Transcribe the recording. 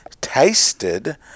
tasted